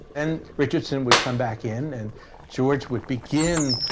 and richardson would come back in and george would begin.